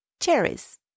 Cherries